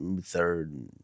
third